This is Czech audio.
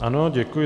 Ano, děkuji.